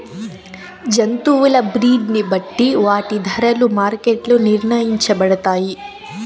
జంతువుల బ్రీడ్ ని బట్టి వాటి ధరలు మార్కెట్ లో నిర్ణయించబడతాయి